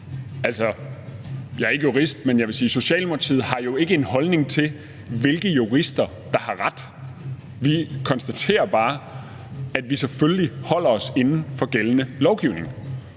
jeg vil sige, at Socialdemokratiet ikke har en holdning til, hvilke jurister der har ret. Vi konstaterer bare, at vi selvfølgelig holder os inden for gældende lovgivning.